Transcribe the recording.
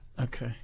okay